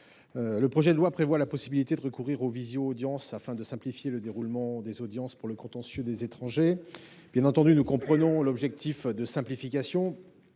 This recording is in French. Le projet de loi prévoit la possibilité de recourir aux visio audiences, afin de simplifier le déroulement des audiences pour le contentieux des étrangers. Nous comprenons bien entendu l’objectif de simplification,